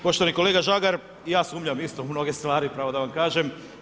Poštovani kolega Žagar, ja sumnjam isto u mnoge stvari, pravo da vam kažem.